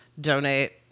donate